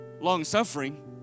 long-suffering